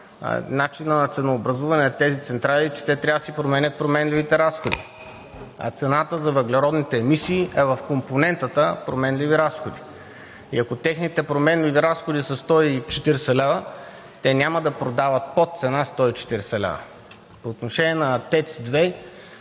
начинът на ценообразуване на тези централи е, че те трябва да си променят променливите разходи, а цената за въглеродните емисии е в компонентата „Променливи разходи“. И ако техните променливи разходи са 140 лв., те няма да продават под цена 140 лв. По отношение на ТЕЦ 2.